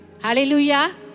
hallelujah